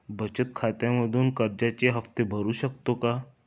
बचत खात्यामधून कर्जाचे हफ्ते भरू शकतो का?